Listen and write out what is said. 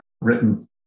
written